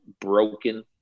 broken